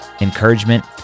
encouragement